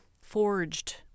forged